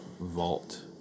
vault